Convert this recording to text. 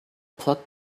pluck